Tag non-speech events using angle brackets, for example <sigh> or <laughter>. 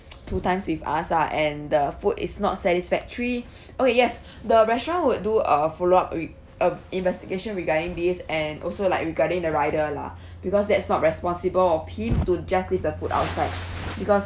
two times with us ah and the food is not satisfactory <breath> okay yes the restaurant would do a follow up with uh investigation regarding this and also like regarding the rider lah because that's not responsible of him to just leave the food outside because